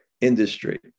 industry